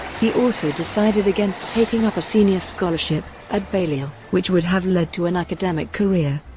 he also decided against taking up a senior scholarship at balliol, which would have led to an academic career.